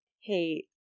hey